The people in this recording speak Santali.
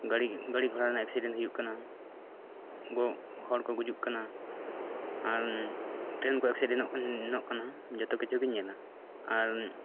ᱜᱟᱰᱤ ᱜᱟᱰᱤᱜᱷᱚᱲᱟ ᱨᱮᱱᱟᱜ ᱮᱠᱥᱤᱰᱮᱱᱴ ᱦᱩᱭᱩᱜ ᱠᱟᱱᱟ ᱜᱚ ᱦᱚᱲ ᱠᱚ ᱜᱩᱡᱩᱜ ᱠᱟᱱᱟ ᱟᱨ ᱴᱨᱮᱱ ᱠᱚ ᱮᱠᱥᱤᱰᱮᱱᱴᱚᱜ ᱠᱟᱱᱟ ᱡᱚᱛᱚ ᱠᱤᱪᱷᱩᱜᱮᱧ ᱧᱮᱞᱟ ᱟᱨ